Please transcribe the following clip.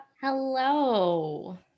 hello